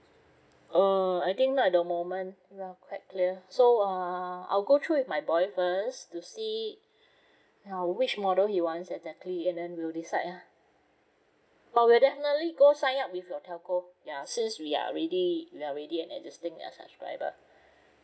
err I think not at the moment yeah quite clear so uh I'll go through with my boy first to see uh which model he wants exactly and then we will decide uh but we are definitely go sign up with your telco ya since we are already we are already existing as subscriber